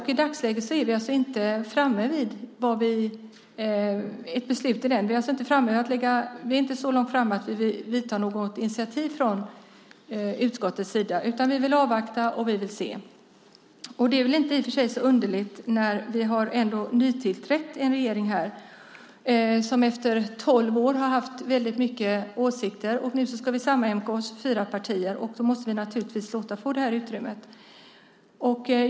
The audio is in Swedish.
I dagsläget är vi inte så långt framme att vi vill ta något initiativ från utskottets sida, utan vi vill avvakta och se. Det är väl i och för sig inte så underligt. Regeringen är ju nytillträdd och har under tolv år har haft väldigt mycket åsikter i frågan. Nu är vi fyra partier som ska sammanjämka oss, och då måste vi naturligtvis få det utrymmet.